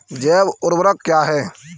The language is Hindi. जैव ऊर्वक क्या है?